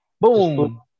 boom